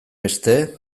beste